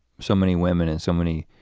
so many women and so many